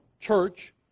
church